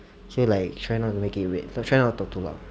so like try not to make it red try not to talk too loud